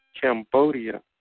Cambodia